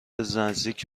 نزدیک